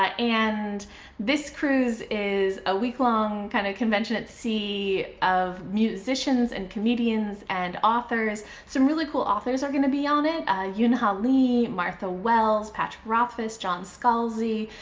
and this cruise is a week-long kind of convention at sea of musicians and comedians and authors. some really cool authors are gonna be on it yoon ha lee, martha wells, patrick rothfuss, john scalzi,